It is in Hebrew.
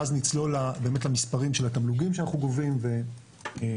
ואז נצלול למספרים של התמלוגים שאנחנו גובים והתחזיות,